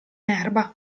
erba